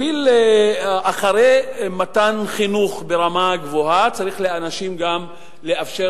אחרי מתן חינוך ברמה גבוהה צריך גם לאפשר